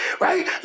Right